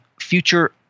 future